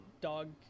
dog